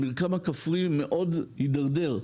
המרקם הכפרי מאוד התדרדר.